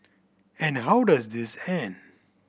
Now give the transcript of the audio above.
and how does this end